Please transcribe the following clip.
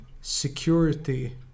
security